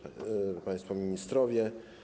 Państwo Ministrowie!